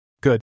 Good